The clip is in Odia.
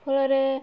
ଫଳରେ